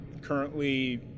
currently